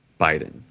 Biden